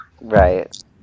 Right